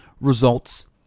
Results